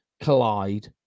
collide